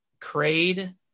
craid